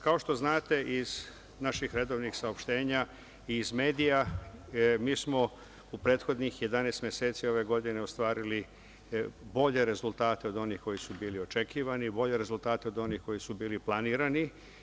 Kao što znate iz naših redovnih saopštenja i iz medija, mi smo u prethodnih 11 meseci ove godine ostvarili bolje rezultate od onih koji su bili očekivani, bolje rezultate od onih koji su bili planirani.